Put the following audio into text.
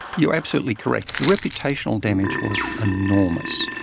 you're absolutely correct. the reputational damage was enormous.